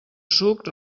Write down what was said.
suc